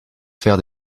faire